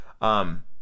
Um